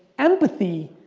empathy,